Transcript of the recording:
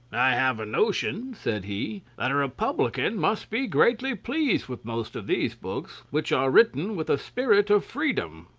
i have a notion, said he, that a republican must be greatly pleased with most of these books, which are written with a spirit of freedom.